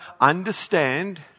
understand